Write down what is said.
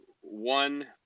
one